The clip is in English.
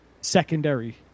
secondary